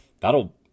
that'll